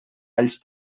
alls